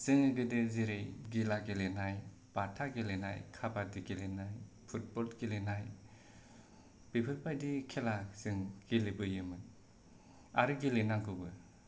जोंनि गोदो जेरै गिला गेलेनाय बाथा गेलेनाय खाबादि गेलेनाय फुटबल गेलेनाय बेफोरबायदि खेला जों गेलेबोयोमोन आरो गेलेनांगौबो